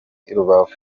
rubavu